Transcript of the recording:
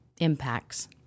impacts